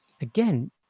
again